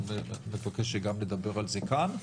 ואבקש שגם נדבר על זה כאן.